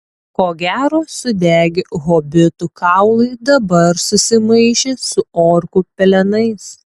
ko gero sudegę hobitų kaulai dabar susimaišė su orkų pelenais